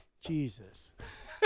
Jesus